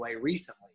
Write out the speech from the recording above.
recently